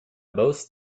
most